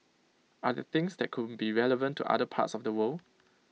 are there things that could be relevant to other parts of the world